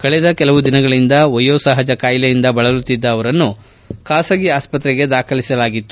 ಕಳೆದ ಕೆಲವು ದಿನಗಳಿಂದ ವಯೋ ಸಹಜ ಕಾಯಿಲೆಯಿಂದ ಬಳಲುತ್ತಿದ್ದ ಅವರನ್ನು ಖಾಸಗಿ ಆಸ್ಪತ್ರೆಗೆ ದಾಖಲಿಸಲಾಗಿತ್ತು